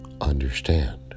understand